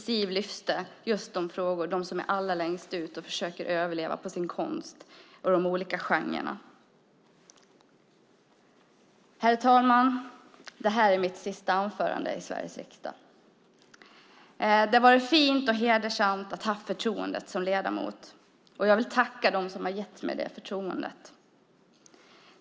Siv lyfte fram just de frågor som rör dem som står allra längst bort och försöker överleva på sin konst inom olika genrer. Herr talman! Det här är mitt sista anförande i Sveriges riksdag. Det har varit fint och hedersamt att ha haft förtroendet som ledamot, och jag vill tacka dem som gett mig det förtroendet.